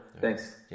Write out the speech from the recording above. thanks